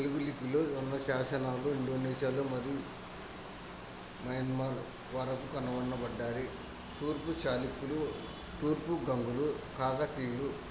తెలుగు లిపిలో ఉన్న శాసనాలు ఇండోనేషియాలో మరియు మయన్మార్ వరకు కనుగొనబడ్డాయి తూర్పు చాళుక్యులు తూర్పు గంగులు కాకతీయులు